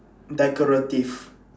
decorative